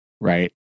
right